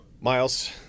Miles